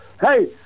Hey